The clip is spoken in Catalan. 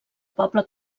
poble